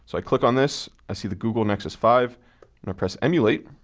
so i click on this, i see the google nexus five, and i press emulate.